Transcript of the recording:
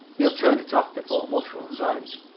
he'll turn it off before much runs out.